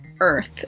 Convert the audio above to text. earth